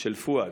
של פואד,